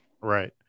Right